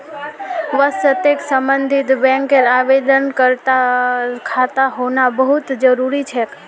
वशर्ते सम्बन्धित बैंकत आवेदनकर्तार खाता होना बहु त जरूरी छेक